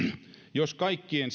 jos kaikkien